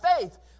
faith